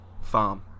farm